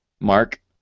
Mark